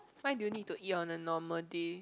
why do you need to eat on a normal day